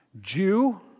Jew